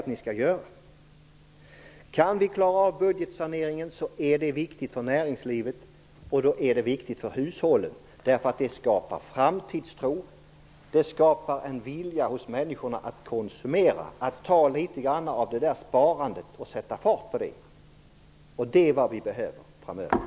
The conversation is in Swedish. Att vi kan klara budgetsaneringen är viktigt för näringslivet och för hushållen. Det skapar framtidstro, en vilja hos människor att konsumera, att ta litet grand av sparandet och sätta fart på det. Det är vad vi behöver framöver.